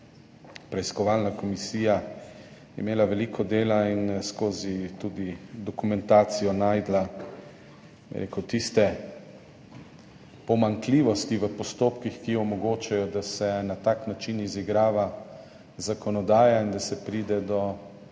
preiskovalna komisija veliko dela in tudi skozi dokumentacijo našla tiste pomanjkljivosti v postopkih, ki omogočajo, da se na tak način izigrava zakonodajo in da se pride do